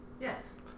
Yes